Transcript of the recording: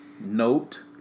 Note